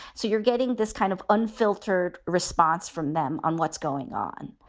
so you're getting this kind of unfiltered response from them on what's going on.